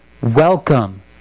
welcome